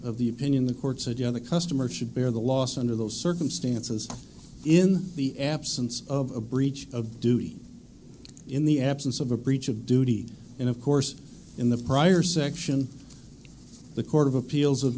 of the opinion the court said yeah the customer should bear the loss under those circumstances in the absence of a breach of duty in the absence of a breach of duty and of course in the prior section the court of appeals of